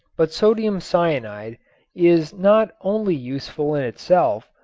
but sodium cyanide is not only useful in itself,